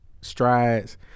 strides